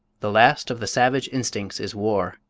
the last of the savage instincts is war.